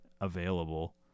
available